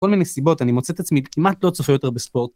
כל מיני סיבות, אני מוצא את עצמי כמעט לא צופה יותר בספורט.